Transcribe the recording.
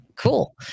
Cool